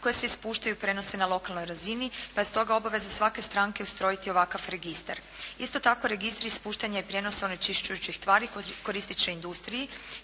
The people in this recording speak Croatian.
koje se ispuštaju i prenose na lokalnoj razini, pa je stoga obaveza svake stranke ustrojiti ovakav registar. Isto tako registri ispuštanja i prijenosa onečišćujućih tvari koristit će industriji